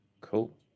Cool